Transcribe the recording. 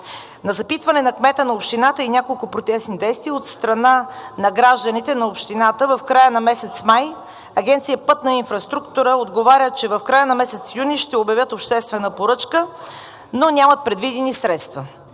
На запитване на кмета на общината и няколко протестни действия от страна на гражданите на общината в края на месец май Агенция „Пътна инфраструктура“ отговаря, че в края на месец юни ще обявят обществена поръчка, но нямат предвидени средства.